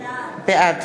בעד